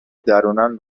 درونن